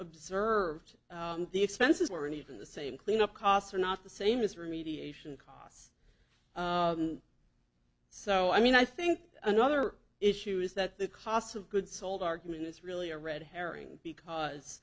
observed the expenses were and even the same cleanup costs are not the same as remediation costs so i mean i think another issue is that the cost of goods sold argument is really a red herring because